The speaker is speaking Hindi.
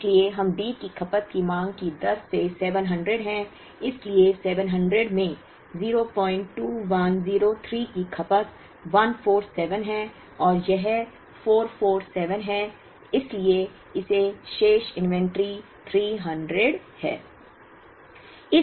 इसलिए हम D की खपत की मांग की दर से 700 है इसलिए 700 में 02103 की खपत 147 है और यह 447 है इसलिए शेष इन्वेंट्री 300 है